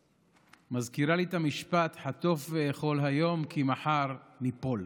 מזכירות לי את המשפט: חטוף ואכול היום כי מחר ניפול.